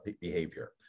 behavior